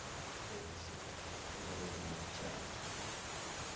यही सब है घरेलू उपचार